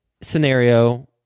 scenario